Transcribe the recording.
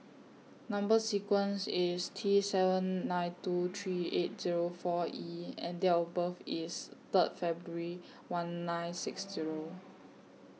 Number sequence IS T seven nine two three eight Zero four E and Date of birth IS Third February one nine six Zero